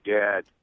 dad